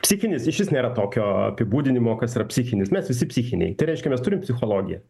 psichinis išvis nėra tokio apibūdinimo kas yra psichinis mes visi psichiniai tai reiškia mes turim psichologiją